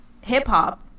hip-hop